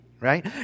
Right